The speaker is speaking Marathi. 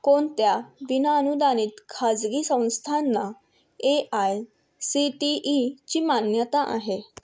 कोणत्या विनाअनुदानीत खाजगी संस्थांना ए आय सी टी ईची मान्यता आहे